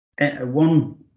one